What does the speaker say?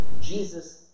Jesus